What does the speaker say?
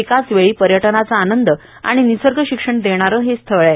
एकाचवेळी पर्यटनाचा आनंद आणि निसर्गशिक्षण देणारे हे स्थळ आहे